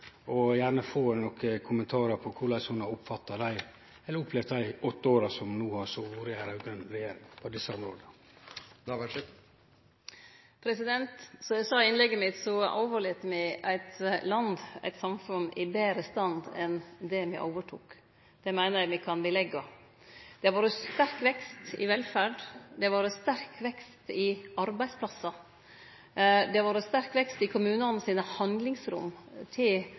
og gjerne få nokre kommentarar om korleis ho har opplevd desse områda dei åtte åra det har vore ei raud-grøn regjering. Som eg sa i innlegget mitt, overlèt me eit land, eit samfunn, i betre stand enn det me overtok det i. Det meiner eg me kan beleggje. Det har vore sterk vekst i velferd. Det har vore sterk vekst i talet på arbeidsplassar. Det har vore sterk vekst i kommunanes handlingsrom til